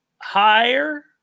Higher